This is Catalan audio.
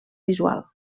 visual